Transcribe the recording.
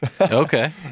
Okay